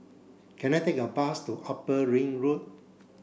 can I take a bus to Upper Ring Road